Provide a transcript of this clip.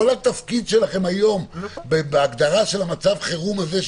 כל התפקיד שלכם היום בהגדרת מצב החירום הזה,